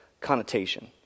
connotation